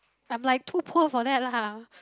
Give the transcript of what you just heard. I'm like too poor for that lah